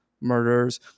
murders